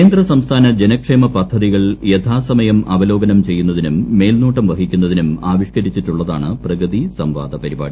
കേന്ദ്ര സംസ്ഥാന ജനക്ഷേമ പദ്ധതികൾ യഥാസമയം അവലോകനം ചെയ്യുന്നതിനും മേൽനോട്ടം വഹിക്കുന്നതിനും ആവിഷ്ക്കരിച്ചിട്ടുള്ളതാണ് പ്രഗതി സംവാദ പരിപാടി